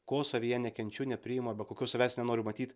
ko savyje nekenčiu nepriimu arba kokio savęs nenoriu matyt